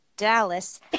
dallas